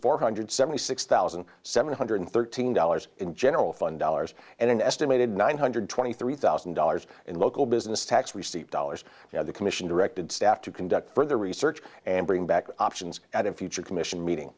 four hundred seventy six thousand seven hundred thirteen dollars in general fund dollars and an estimated nine hundred twenty three thousand dollars in local business tax receipt dollars now the commission directed staff to conduct further research and bring back options at a future commission meeting